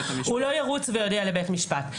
הוא ירוץ ויודיע לבית משפט.